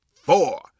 four